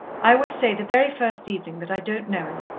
i always say, the very first evening, that i don't know any.